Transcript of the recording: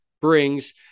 brings